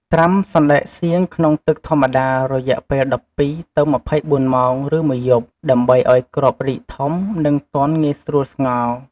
ត្រាំសណ្ដែកសៀងក្នុងទឹកធម្មតារយៈពេល ១២ ទៅ ២៤ ម៉ោង ឬមួយយប់ ដើម្បីឱ្យគ្រាប់រីកធំ និងទន់ងាយស្រួលស្ងោរ។